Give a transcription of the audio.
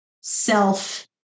self